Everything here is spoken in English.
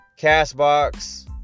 Castbox